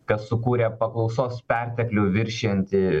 kas sukūrė paklausos perteklių viršijantį